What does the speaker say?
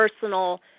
personal